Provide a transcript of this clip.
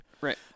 Right